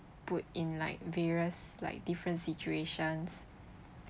put in like various like different situations